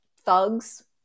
thugs